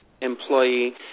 employee